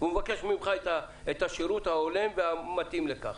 הוא מבקש ממך את השירות ההולם והמתאים לכך.